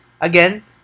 Again